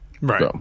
Right